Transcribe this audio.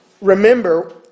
remember